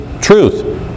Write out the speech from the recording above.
truth